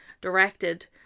directed